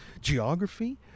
geography